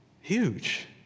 Huge